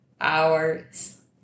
hours